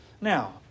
Now